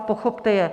Pochopte je.